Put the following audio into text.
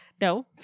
No